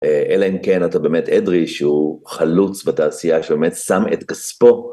אלא אם כן אתה באמת אדרי שהוא חלוץ בתעשייה, שבאמת שם את כספו.